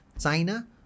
China